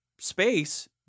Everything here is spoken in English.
space